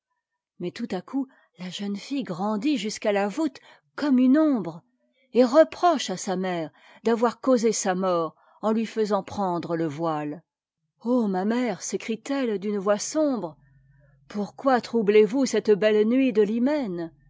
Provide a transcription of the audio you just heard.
mais tout a coup la jeune she grandit jusqu'à la voûte comme une ombre et reproche a sa mère d'avoir causé sa mort en lui faisant prendre le voile a oh ma mere secrie t ehe d'une voix sombre pourquoi troublez vous cette be e nuit dé l'hymen